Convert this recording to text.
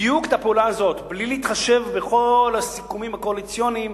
בדיוק את הפעולה הזאת בלי להתחשב בכל הסיכומים הקואליציוניים,